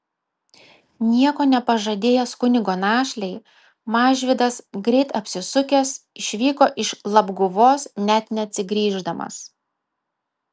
nieko nepažadėjęs kunigo našlei mažvydas greit apsisukęs išvyko iš labguvos net neatsigrįždamas